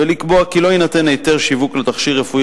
ולקבוע כי לא יינתן היתר שיווק לתכשיר רפואי